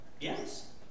Yes